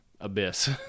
abyss